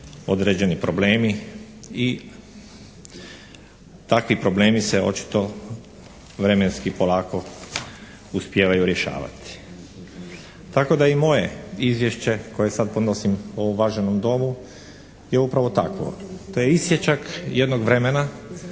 određeni problemi i takvi problemi se očito vremenski polako uspijevaju rješavati tako da i moje izvješće koje sad podnosim ovom uvaženom Domu je upravo takvo. To je isječak jednog vremena